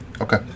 Okay